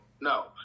No